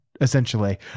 essentially